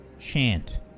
chant